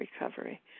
recovery